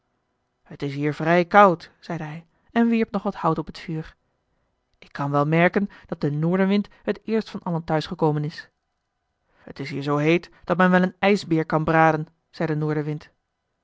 het is hier vrij koud zeide hij en wierp nog wat hout op het vuur ik kan wel merken dat de noordenwind het eerst van allen thuis gekomen is het is hier zoo heet dat men wel een ijsbeer kan braden zei de